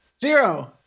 Zero